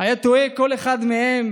היה תוהה כל אחד מהם